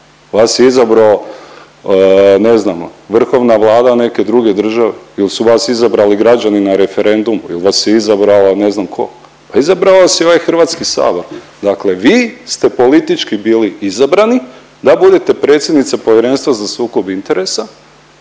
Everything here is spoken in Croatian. Vas je izabrao ne znam vrhovna vlada neke druge države ili su vas izabrali građani na referendumu ili vas je izabrao ne znam ko, pa izabrao vas je ovaj Hrvatski sabor. Dakle, vi ste politički bili izabrani da budete predsjednica Povjerenstva za sukob interesa,